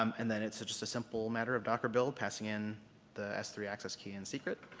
um and then it's just a simple matter of docker build, passing in the s three access key in secret,